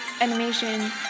animation